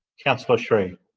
councillor sri